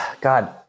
God